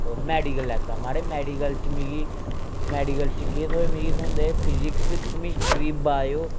ओह् मेडिकल लैता महाराज मेडिकल च मिगी मेडिकल केह् थ्होऐ मिगी थ्होंदे फजिक्स कमिस्ट्री बायएओ